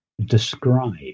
describe